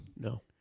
No